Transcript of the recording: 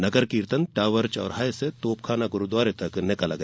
नगर कीर्तन टॉवर चौराहे से तोपखाना गुरूद्वारे तक निकाला गया